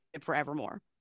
forevermore